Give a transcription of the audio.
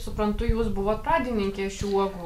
suprantu jūs buvot pradininkė šių uogų